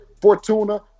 Fortuna